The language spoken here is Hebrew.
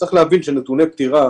צריך להבין שנתוני פטירה